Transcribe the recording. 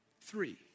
three